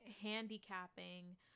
handicapping